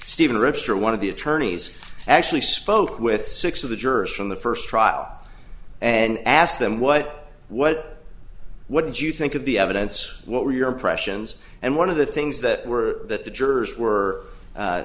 or one of the attorneys actually spoke with six of the jurors from the first trial and asked them what what what did you think of the evidence what were your impressions and one of the things that were that the jurors were